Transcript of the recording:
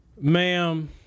Ma'am